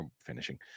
finishing